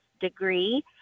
degree